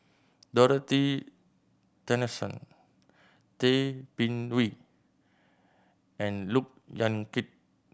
Dorothy Tessensohn Tay Bin Wee and Look Yan Kit